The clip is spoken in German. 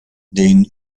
den